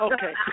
Okay